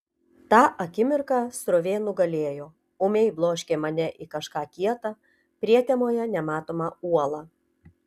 tą akimirką srovė nugalėjo ūmiai bloškė mane į kažką kieta prietemoje nematomą uolą